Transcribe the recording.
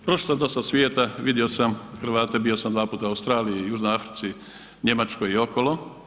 Prošao sam dosta svijeta, vidio sam Hrvate, bio sam dva puta u Australiji i Južnoj Africi, Njemačkoj i okolo.